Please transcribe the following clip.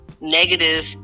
negative